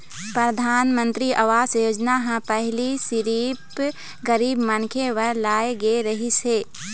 परधानमंतरी आवास योजना ह पहिली सिरिफ गरीब मनखे बर लाए गे रहिस हे